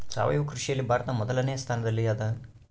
ಸಾವಯವ ಕೃಷಿಯಲ್ಲಿ ಭಾರತ ಮೊದಲನೇ ಸ್ಥಾನದಲ್ಲಿ ಅದ